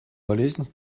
болезнь